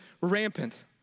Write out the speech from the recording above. rampant